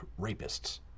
rapists